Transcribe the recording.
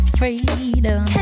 freedom